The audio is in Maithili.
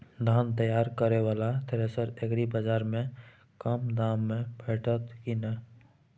धान तैयार करय वाला थ्रेसर एग्रीबाजार में कम दाम में भेटत की नय?